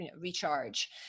recharge